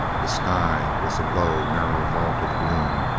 the sky was a low, nar row vault of gloom,